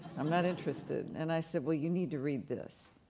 i'm not interested. and i said, well, you need to read this.